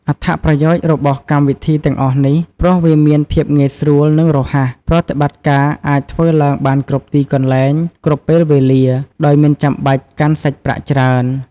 អត្ថប្រយោជន៍របស់វកម្មវិធីទាំងអស់នេះ ព្រោះវាមានភាពងាយស្រួល និងរហ័ស ប្រតិបត្តិការអាចធ្វើឡើងបានគ្រប់ទីកន្លែង គ្រប់ពេលវេលា ដោយមិនចាំបាច់កាន់សាច់ប្រាក់ច្រើន។